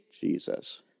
Jesus